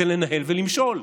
לנהל ולמשול.